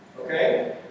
Okay